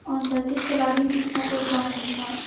अन्त त्यसको लागि पनि सपोर्ट गर्नुपर्छ